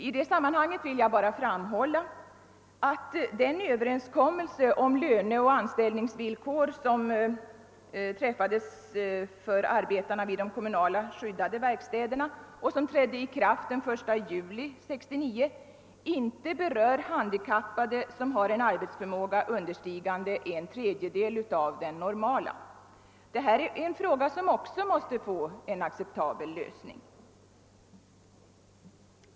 I det sammanhanget vill jag bara framhålla, att den överenskommelse om löneoch anställningsvillkor som träffades för arbetarna vid kommunala skyddade verkstäder och som trädde i kraft den 1 juli 1969 inte berör handikappade som har en arbetsförmåga understigande en tredjedel av den normala. Det här är en fråga som också måste få en acceptabel lösning.